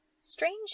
strange